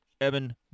Evan